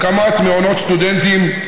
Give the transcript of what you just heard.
הקמת מעונות סטודנטים,